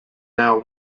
now